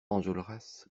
enjolras